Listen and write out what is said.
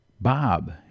Bob